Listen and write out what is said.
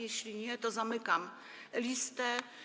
Jeśli nie, to zamykam listę.